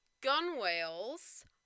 gunwales